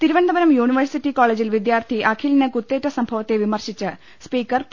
Thiruvananthapuram university കോളേജിൽ വിദ്യാർത്ഥി അഖിലിന് കുത്തേറ്റ സംഭവത്തെ വിമർശിച്ച് സ്പീക്കർ പി